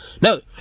no